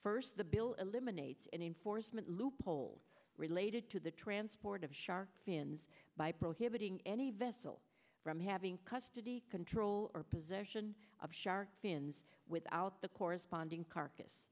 first the bill eliminates any enforcement loophole related to the transport of shark fins by prohibiting any vessel from having custody control or possession of shark fins without the corresponding carcass